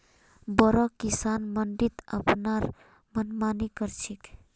बोरो किसान मंडीत अपनार मनमानी कर छेक